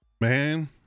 Man